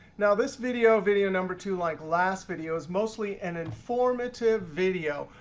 now, this video video number two, like last video, is mostly an informative video.